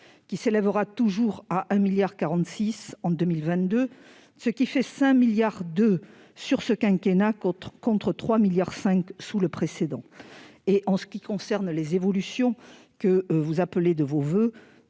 qui s'élèvera toujours à 1,46 milliard d'euros en 2022, ce qui fait 5,2 milliards d'euros sur ce quinquennat contre 3,5 milliards d'euros sous le précédent. En ce qui concerne les évolutions que vous appelez de vos voeux,